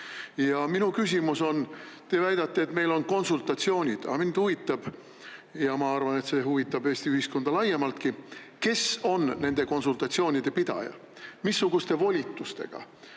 Ja minu küsimus on. Teie väidate, et meil on konsultatsioonid. Aga mind huvitab ja ma arvan, et see huvitab Eesti ühiskonda laiemaltki, kes on nende konsultatsioonide pidaja, missuguste volitustega,